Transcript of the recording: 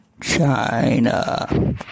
China